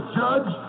judge